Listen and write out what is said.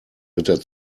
ritter